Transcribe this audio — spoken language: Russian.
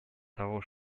того